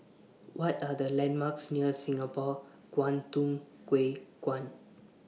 What Are The landmarks near Singapore Kwangtung Hui Kuan